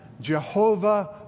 jehovah